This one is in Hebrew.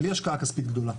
בלי השקעה כספית גדולה.